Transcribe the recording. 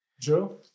Joe